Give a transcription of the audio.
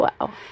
Wow